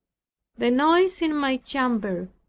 the noise in my chamber,